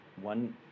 one